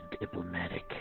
diplomatic